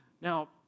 Now